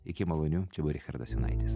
iki maloniu čia richardas jonaitis